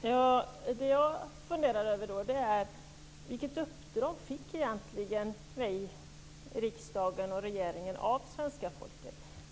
Fru talman! Det jag funderar över är vilket uppdrag riksdagen och regeringen egentligen fick av svenska folket.